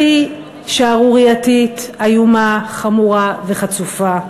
הכי שערורייתית, איומה, חמורה וחצופה,